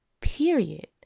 Period